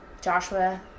joshua